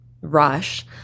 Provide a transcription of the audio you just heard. rush